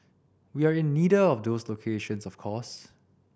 we are in neither of those two locations of course